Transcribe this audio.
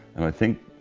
and i think,